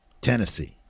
Tennessee